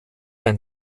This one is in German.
ein